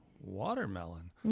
Watermelon